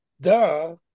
duh